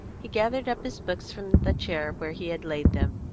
he gathered up his books from the chair where he had laid them,